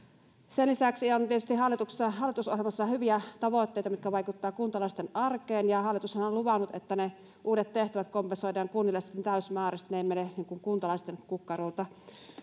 sen lisäksi on tietysti hallitusohjelmassa hyviä tavoitteita mitkä vaikuttavat kuntalaisten arkeen hallitushan on luvannut että uudet tehtävät kompensoidaan kunnille täysimääräisesti eivätkä ne mene kuntalaisten kukkarolta